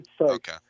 Okay